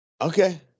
Okay